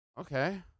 okay